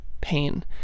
pain